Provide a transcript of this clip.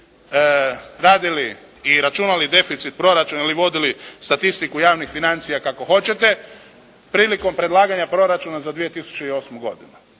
radili i računali deficit proračuna ili vodili statistiku javnih financija kako hoćete, prilikom predlaganja proračuna za 2008. godinu.